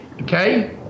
okay